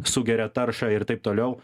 sugeria taršą ir taip toliau